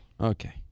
Okay